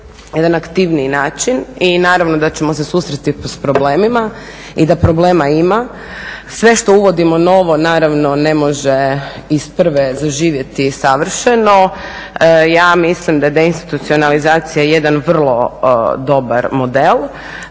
jedan aktivniji način i naravno da ćemo se susresti s problemima i da problema ima. Sve što uvodimo novo naravno ne može isprve zaživjeti savršeno. Ja mislim da je deinstitucionalizacija jedan vrlo dobar model